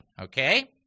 okay